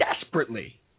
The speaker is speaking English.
desperately